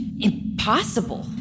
impossible